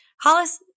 Hollis